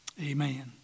Amen